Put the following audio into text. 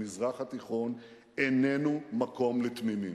המזרח התיכון איננו מקום לתמימים.